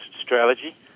strategy